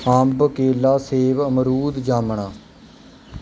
ਅੰਬ ਕੇਲਾ ਸੇਵ ਅਮਰੂਦ ਜਾਮਣਾ